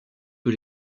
peu